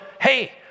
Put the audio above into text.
hey